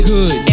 Good